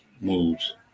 moves